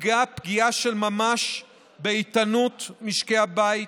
יפגע פגיעה של ממש באיתנות משקי הבית,